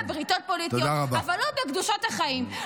-- בבריתות פוליטיות אבל לא בקדושת החיים,